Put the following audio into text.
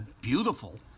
beautiful